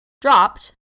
dropped